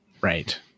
right